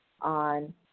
on